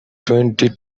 twenty